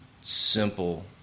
simple